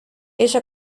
ella